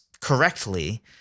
correctly